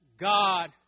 God